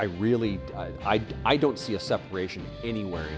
i really i do i don't see a separation anywhere